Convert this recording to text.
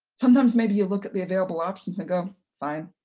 sometimes maybe you look at the available options and go, fine.